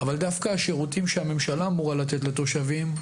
אבל דווקא השירותים שהממשלה אמורה לתת לתושבים,